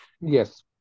Yes